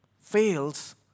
fails